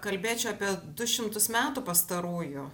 kalbėčiau apie du šimtus metų pastarųjų